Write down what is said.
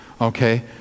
okay